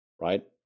right